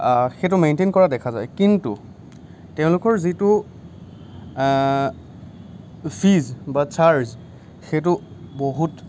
সেইটো মেইনটেইন কৰা দেখা যায় কিন্তু তেওঁলোকৰ যিটো ফীজ বা চাৰ্জ সেইটো বহুত